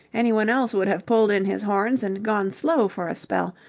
anyone else would have pulled in his horns and gone slow for a spell,